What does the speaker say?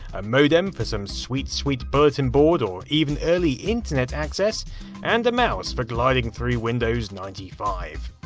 a modem for some sweet sweet bulletin board, or even early internet access and a mouse for gliding through windows ninety five.